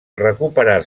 recuperar